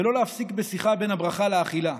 ולא להפסיק בשיחה בין הברכה לאכילה.